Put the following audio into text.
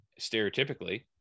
stereotypically